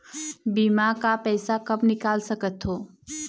बीमा का पैसा कब निकाल सकत हो?